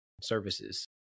services